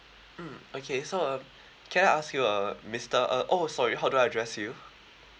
mm okay so uh can I ask you uh mister uh oh sorry how do I address you